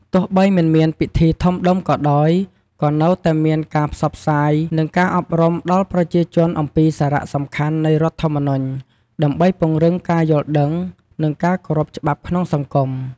ទោះបីមិនមានពិធីធំដុំក៏ដោយ ក៏នៅតែមានការផ្សព្វផ្សាយ និងការអប់រំដល់ប្រជាជនអំពីសារៈសំខាន់នៃរដ្ឋធម្មនុញ្ញ ដើម្បីពង្រឹងការយល់ដឹង និងការគោរពច្បាប់ក្នុងសង្គម។